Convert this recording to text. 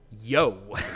Yo